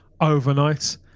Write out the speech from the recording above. overnight